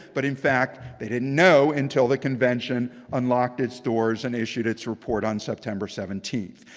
but in fact they didn't know until the convention unlocked its doors and issued its report on september seventeenth.